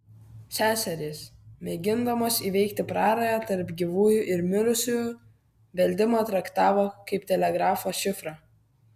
seserys mėgindamos įveikti prarają tarp gyvųjų ir mirusiųjų beldimą traktavo kaip telegrafo šifrą